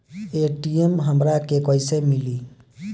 ATM हमरा के कइसे मिली?